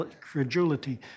credulity